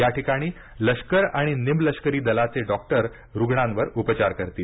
याठिकाणी लष्कर आणि निमलष्करी दलाचे डॉक्टर रुग्णांवर उपचार करतील